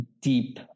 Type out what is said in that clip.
deep